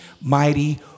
mighty